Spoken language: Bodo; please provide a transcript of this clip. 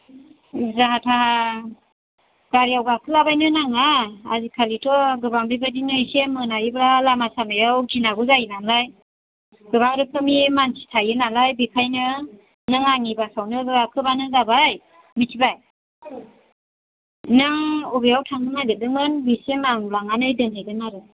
जाहा थाहा गारिआव गाखोलाबायनो नाङा आजिखालिथ' गोबां बेबायदिनो एसे मोनायोबा लामा सामायाव गिनांगौ जायो नालाय गोबां रोखोमनि मानसि थायो नालाय बेखायनो नों आंनि बासआवनो गाखोबानो जाबाय मिथिबाय नों अबेयाव थांनो नागिरदोंमोन बेसिम आं लांनानै दोनहैगोन आरो